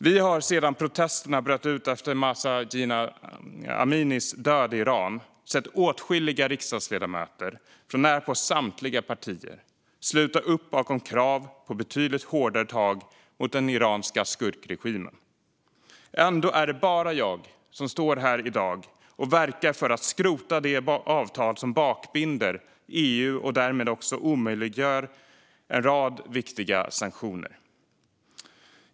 Vi har sedan protesterna som bröt ut efter Mahsa Jina Aminis död i Iran sett åtskilliga riksdagsledamöter från närapå samtliga partier sluta upp bakom krav på betydligt hårdare tag mot den iranska skurkregimen. Ändå är det bara jag som står här i dag och verkar för att skrota det avtal som bakbinder EU och därmed också omöjliggör en rad viktiga sanktioner.